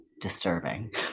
disturbing